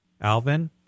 Alvin